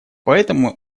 поэтому